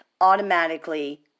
automatically